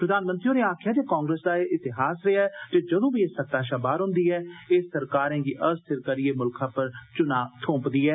प्रघानमंत्री होरें आक्खेया जे कांग्रेस दा एह् इतिहास रेहा ऐ कि जदूं बी एह सत्ता शा बाहर होन्दी ऐ एह सरकारें गी अस्थिर करियै मुल्खै पर चुना चोपदी ऐ